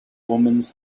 omens